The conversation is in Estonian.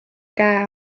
käe